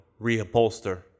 reupholster